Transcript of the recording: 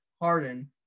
Harden